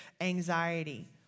anxiety